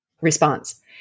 response